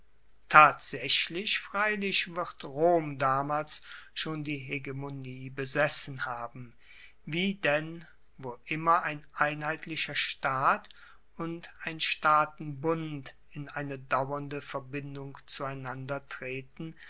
tatsaechlich freilich wird rom damals schon die hegemonie besessen haben wie denn wo immer ein einheitlicher staat und ein staatenbund in eine dauernde verbindung zueinander treten